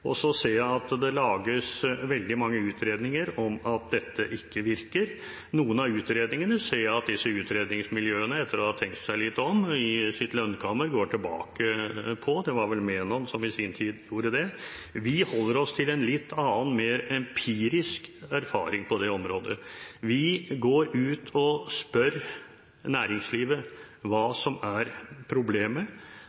Så ser jeg at det lages veldig mange utredninger om at dette ikke virker. Noen av utredningene ser jeg at disse utredningsmiljøene, etter å ha tenkt seg litt om i sitt lønnkammer, går tilbake på. Det var vel Menon som i sin tid gjorde det. Vi holder oss til en litt annen, mer empirisk erfaring på det området. Vi går ut og spør næringslivet hva